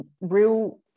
real